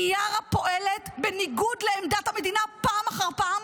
מיארה פועלת בניגוד לעמדת המדינה, פעם אחר פעם,